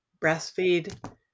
breastfeed